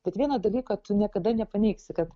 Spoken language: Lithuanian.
bet vieno dalyko tu niekada nepaneigsi kad